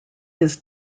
his